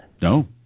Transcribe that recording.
No